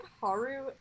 Haru